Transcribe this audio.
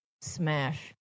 Smash